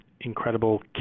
incredible